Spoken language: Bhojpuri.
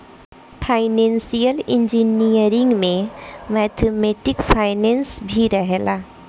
फाइनेंसियल इंजीनियरिंग में मैथमेटिकल फाइनेंस भी रहेला